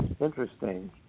interesting